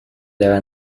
dalla